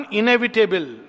inevitable